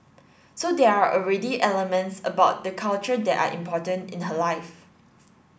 so there are already elements about the culture that are important in her life